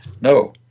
No